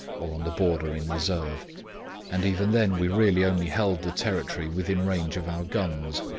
or on the border in reserve and even then we really only held the territory within range of our guns.